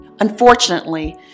Unfortunately